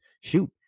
Shoot